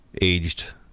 aged